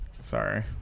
Sorry